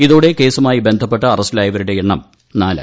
ഇതോടെ കേസുമായി ബന്ധപ്പെട്ട് അറസ്റ്റിലായവരുടെ എണ്ണം നാലായി